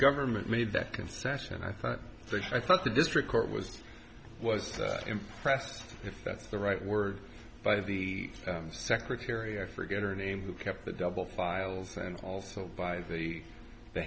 government made that concession i thought that i thought the district court was was not impressed if that's the right word by the secretary i forget her name who kept the double files and also by the